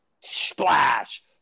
splash